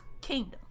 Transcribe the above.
kingdom